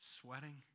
Sweating